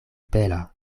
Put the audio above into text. bela